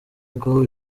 ngo